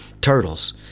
turtles